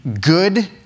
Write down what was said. good